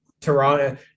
Toronto